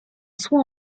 soit